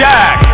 Jack